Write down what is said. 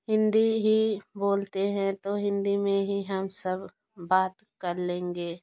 हिंदी ही बोलते हैं तो हिंदी में ही हम सब बात कर लेंगे